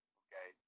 okay